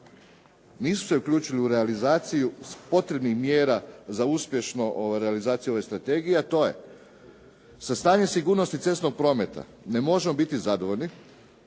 nisu se uključili u realizaciju potrebnih mjera za uspješnu realizaciju ove strategije, a to je sa stanje sigurnosti cestovnog prometa ne možemo biti zadovoljni,